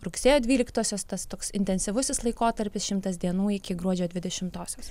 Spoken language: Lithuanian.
rugsėjo dvyliktosios tas toks intensyvusis laikotarpis šimtas dienų iki gruodžio dvidešimtosios